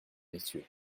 messieurs